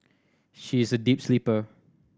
she is a deep sleeper